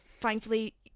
thankfully